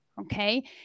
okay